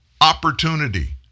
opportunity